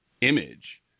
image